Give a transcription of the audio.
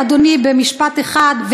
אדוני, במשפט אחד.